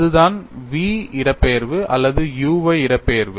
அதுதான் v இடப்பெயர்வு அல்லது u y இடப்பெயர்வு